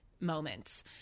moments